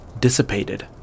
dissipated